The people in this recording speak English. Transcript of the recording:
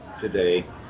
today